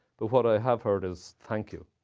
but what i have heard is, thank you.